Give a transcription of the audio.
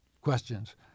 questions